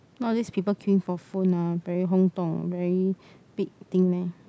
nowadays people queuing for phone ah very 轰动 very big thing meh